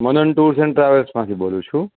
Manan tours and ટ્રાવેલ્સમાંથી બોલું છું